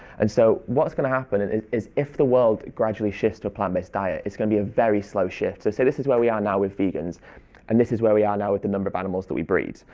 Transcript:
and so what's going to happen and is is if the world gradually shifts to a plant-based diet, it's gonna be a very slow shift. so this is where we are now with vegans and this is where we are now with the number of animals that we breed.